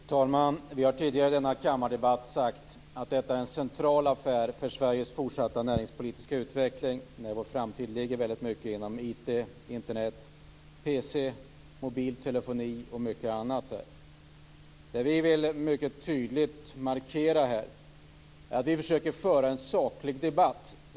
Fru talman! Vi har tidigare i denna kammardebatt sagt att detta är en central affär för Sveriges fortsatta näringspolitiska utveckling. Vår framtid ligger till stor del inom IT, Internet, PC, mobil telefoni osv. Vi vill tydligt markera att vi försöker föra en saklig debatt.